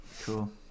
Cool